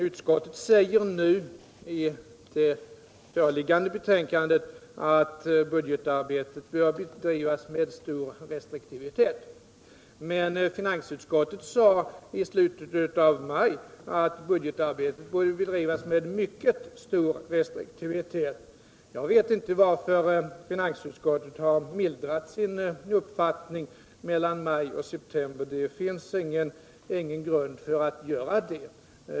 Utskottet säger nu i det föreliggande betänkandet att budgetarbetet bör bedrivas med ”stor restriktivitet”. Men finansutskottet sade i slutet av maj att budgetarbetet borde bedrivas med ”mycket stor restriktivitet”. Jag vet inte varför finansutskottet har mildrat sin uppfattning mellan maj och november — det finns ingen grund för att göra det.